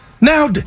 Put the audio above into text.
Now